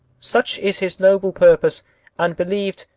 such is his noble purpose and, believe t,